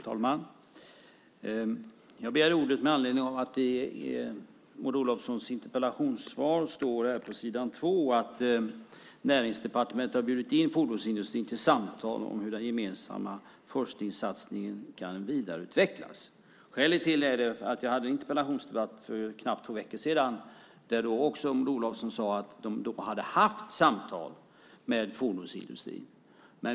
Herr talman! Jag begärde ordet med anledning av att det i Maud Olofssons interpellationssvar på s. 2 sägs att Näringsdepartementet har bjudit in fordonsindustrin till samtal om hur den gemensamma forskningssatsningen kan vidareutvecklas. Jag hade en interpellationsdebatt för knappt två veckor sedan med Maud Olofsson där hon också sade att de haft samtal med fordonsindustrin.